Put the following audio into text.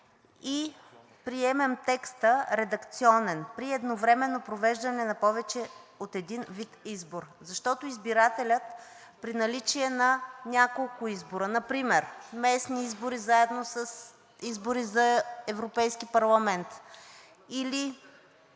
и приемем редакционния текст: „при едновременно провеждане на повече от един вид избор“, защото избирателят при наличие на няколко избора, например местни избори заедно с избори за Европейски парламент или